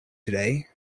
today